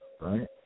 right